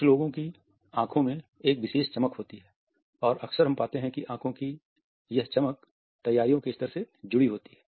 कुछ लोगों की आंखों में एक विशेष चमक होती है और अक्सर हम पाते हैं कि आखों की यह चमक तैयारियों के स्तर से जुड़ी होती है